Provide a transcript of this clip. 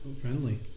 friendly